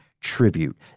tribute